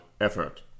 effort